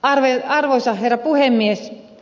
arvoisa herra puhemies